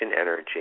energy